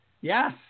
Yes